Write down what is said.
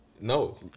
No